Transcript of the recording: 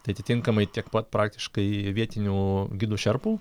tai atitinkamai tiek pat praktiškai vietinių gidų šerpų